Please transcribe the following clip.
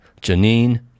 Janine